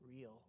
real